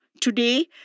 today